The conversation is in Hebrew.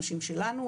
אנשים שלנו,